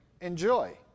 enjoy